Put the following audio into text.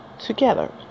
together